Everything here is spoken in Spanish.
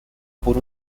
por